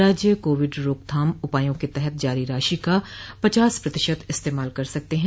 राज्य कोविड रोकथाम उपायों के तहत जारी राशि का पचास प्रतिशत इस्तेमाल कर सकते हैं